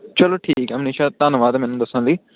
ਚਲੋ ਠੀਕ ਆ ਨੀਸ਼ਾ ਧੰਨਵਾਦ ਮੈਨੂੰ ਦੱਸਣ ਲਈ